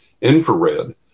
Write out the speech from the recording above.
infrared